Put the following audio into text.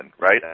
right